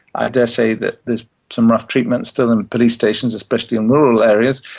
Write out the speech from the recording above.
i dare say that there's some rough treatment still in police stations, especially in rural areas,